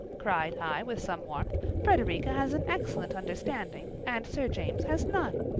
cried i with some warmth frederica has an excellent understanding, and sir james has none.